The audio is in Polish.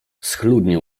schludnie